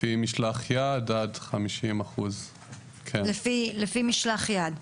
לפי משלח יד עד 50%. לפי משלח יד?